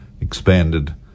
expanded